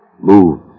Move